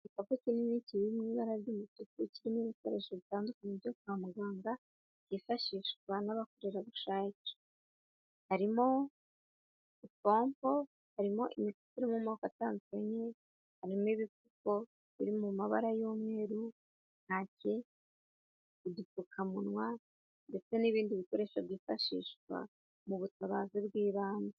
Igikapu kinini kiri mu ibara ry'umutuku, kirimo ibikoresho bitandukanye byo kwa muganga, byifashishwa n'abakorerabushake, harimo ipompo, harimo imiti iri mumoko atandukanye, harimo ibivuko biri mu mabara y'umweru n'udupfukamunwa ndetse n'ibindi bikoresho byifashishwa mu butabazi bw'ibanze.